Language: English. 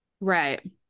Right